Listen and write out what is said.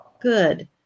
good